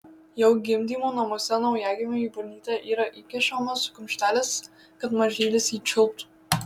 jau gimdymo namuose naujagimiui į burnytę yra įkišamas kumštelis kad mažylis jį čiulptų